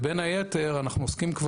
ובין היתר אנחנו עוסקים,